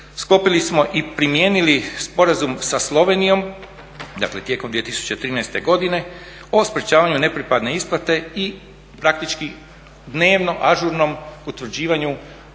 sklopili smo i primijenili Sporazum sa Slovenijom, dakle tijekom 2013. godine, o sprečavanju nepripadne isplate i praktički dnevno ažurnom utvrđivanju